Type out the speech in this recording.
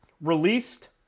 released